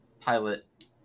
Pilot